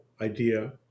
idea